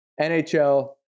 NHL